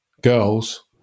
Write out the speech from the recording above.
girls